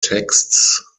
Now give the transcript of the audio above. texts